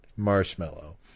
Marshmallow